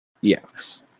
Yes